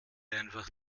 einfach